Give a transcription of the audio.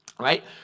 right